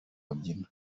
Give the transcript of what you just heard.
babyina